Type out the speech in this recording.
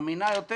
אמינה יותר